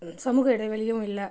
சமூக இடைவெளியும் இல்லை